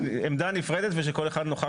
עמדה נפרדת ושכל אחד נוכח במקום אחר.